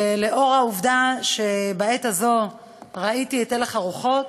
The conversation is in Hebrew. ולאור העובדה שבעת הזאת ראיתי את הלך הרוחות,